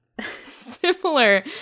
similar